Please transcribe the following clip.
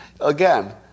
Again